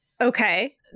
Okay